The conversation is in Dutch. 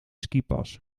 skipas